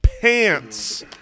pants